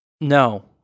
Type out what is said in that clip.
No